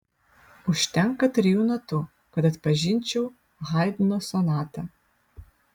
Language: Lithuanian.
užtenka trijų natų kad atpažinčiau haidno sonatą